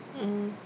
mm